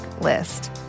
list